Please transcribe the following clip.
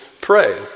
pray